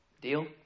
Deal